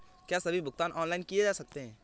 क्या सभी भुगतान ऑनलाइन किए जा सकते हैं?